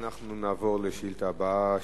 אנחנו נעבור לשאילתא הבאה,